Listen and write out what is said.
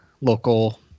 local